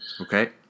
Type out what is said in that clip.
okay